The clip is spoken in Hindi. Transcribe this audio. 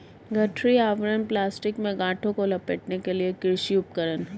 गठरी आवरण प्लास्टिक में गांठों को लपेटने के लिए एक कृषि उपकरण है